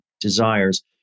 desires